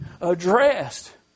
addressed